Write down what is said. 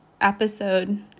episode